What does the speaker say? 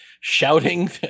shouting